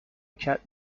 cat